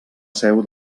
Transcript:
seu